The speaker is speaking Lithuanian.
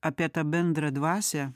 apie tą bendrą dvasią